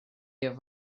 have